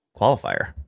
qualifier